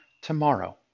tomorrow